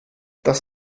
das